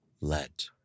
Let